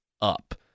up